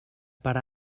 per